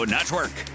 Network